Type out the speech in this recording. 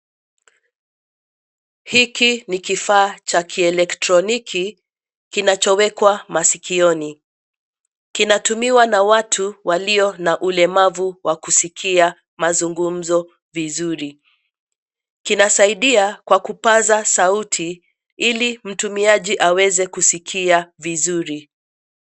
Hiki ni kifaa cha kielektroniki kinachowekwa masikioni. Kinatumiwa na watu walio na ulemavu wa kusikia mazungumzo vizuri. Kinasaidia kwa kupaza sauti ili mtumiaji aweze kusikia vizuri.